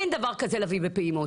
אין דבר כזה להביא בפעימות.